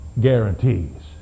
guarantees